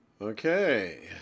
Okay